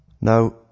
Now